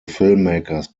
filmmakers